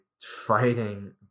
fighting